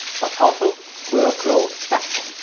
but also we will grow fast.